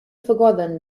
forgotten